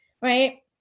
right